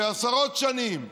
שעשרות שנים,